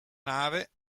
nave